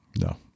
No